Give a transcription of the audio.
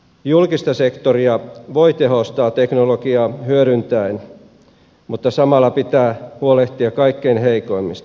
julkista sektoria voi tehostaa teknologiaa hyödyntäen mutta samalla pitää huolehtia kaikkein heikoimmista